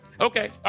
Okay